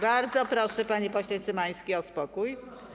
Bardzo proszę, panie pośle Cymański, o spokój.